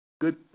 Good